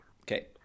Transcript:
Okay